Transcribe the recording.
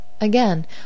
Again